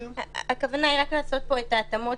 הכוונה היא רק לעשות את ההתאמות,